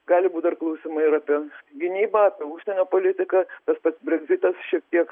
gali būt dar klausimai ir apie gynybą apie užsienio politiką tas pats breksitas šiek tiek